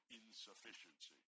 insufficiency